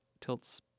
tilts